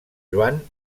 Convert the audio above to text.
joan